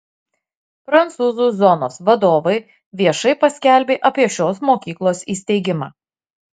prancūzų zonos vadovai viešai paskelbė apie šios mokyklos įsteigimą